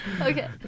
Okay